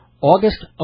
August